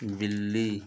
बिल्ली